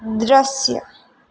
દૃશ્ય